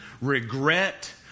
regret